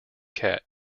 cat